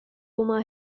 uma